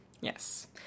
Yes